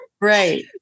Right